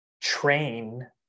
train